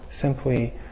simply